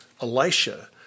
Elisha